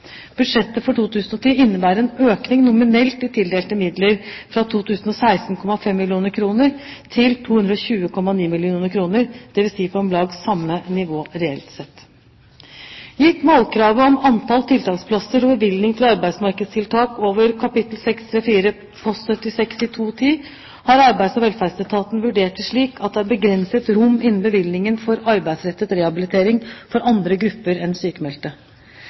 Budsjettet for 2010 innbærer en økning nominelt i tildelte midler fra 216,5 mill. kr til 220,9 mill. kr, dvs. på om lag samme nivå reelt sett. Gitt målkravet om antall tiltaksplasser og bevilgningen til arbeidsmarkedstiltak over kap. 634 post 76 i 2010, har Arbeids- og velferdsetaten vurdert det slik at det er begrenset rom innen bevilgningen for arbeidsrettet rehabilitering for andre grupper enn sykmeldte.